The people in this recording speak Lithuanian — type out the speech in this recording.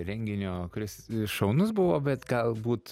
renginio kuris šaunus buvo bet galbūt